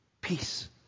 Peace